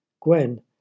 Gwen